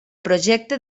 projecte